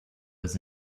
was